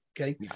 Okay